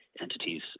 entities